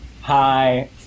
Hi